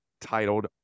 titled